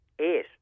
Eight